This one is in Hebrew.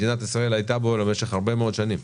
מדינת ישראל הייתה בו במשך הרבה מאוד שנים,